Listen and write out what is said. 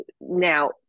now